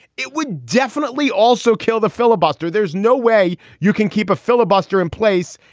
it would definitely also kill the filibuster. there's no way you can keep a filibuster in place.